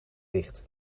dicht